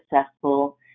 successful